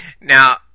Now